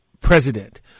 president